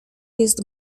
jest